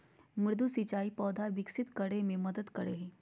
मृदु सिंचाई पौधा विकसित करय मे मदद करय हइ